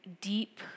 deep